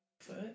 foot